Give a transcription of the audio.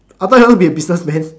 I thought you want to be a businessman